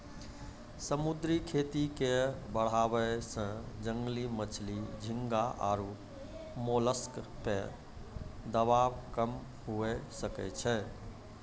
समुद्री खेती के बढ़ाबै से जंगली मछली, झींगा आरु मोलस्क पे दबाब कम हुये सकै छै